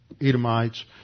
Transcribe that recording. Edomites